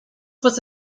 was